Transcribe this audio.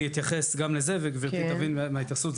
אני אתייחס גם לזה וגברתי תבין מההתייחסות.